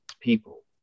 people